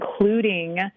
including